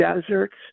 deserts